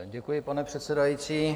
Děkuji, pane předsedající.